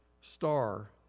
star